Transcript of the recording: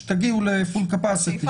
כשתגיעו ל-full capacity.